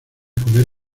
comer